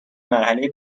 مرحله